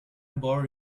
borrow